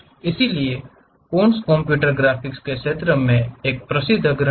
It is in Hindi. इसलिए कॉन्स कंप्यूटर ग्राफिक्स के क्षेत्र में एक प्रसिद्ध अग्रणी है